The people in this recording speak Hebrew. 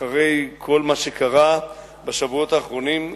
אחרי כל מה שקרה בשבועות האחרונים,